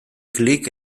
klik